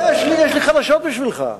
יש לי חדשות בשבילך,